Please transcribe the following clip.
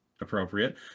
appropriate